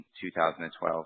2012